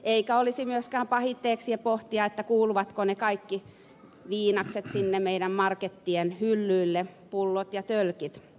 eikä olisi myöskään pahitteeksi pohtia kuuluvatko ne kaikki viinakset sinne meidän markettien hyllyille pullot ja tölkit